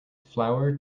flour